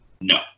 No